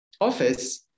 office